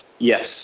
yes